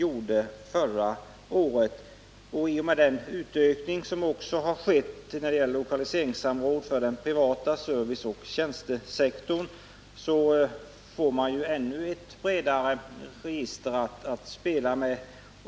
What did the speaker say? Omfattningen av lokaliseringssamrådet utökades i och med förra årets beslut och avser nu också den privata serviceoch tjänstesektorn. Därmed får man ett ännu bredare register att spela med.